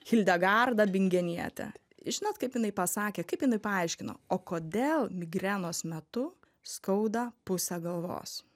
hildegarda bingenietė žinot kaip jinai pasakė kaip jinai paaiškino o kodėl migrenos metu skauda pusę galvos